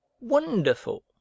wonderful